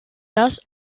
das